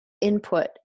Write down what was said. input